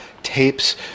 tapes